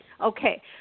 Okay